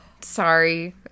Sorry